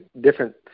different